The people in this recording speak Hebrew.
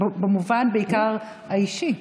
בעיקר במובן האישי.